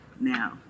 now